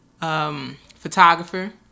photographer